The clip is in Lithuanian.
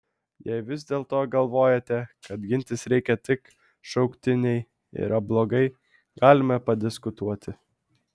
jei vis dėlto galvojate kad gintis reikia tik šauktiniai yra blogai galime padiskutuoti